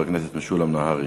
חבר הכנסת משולם נהרי.